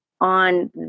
on